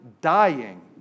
dying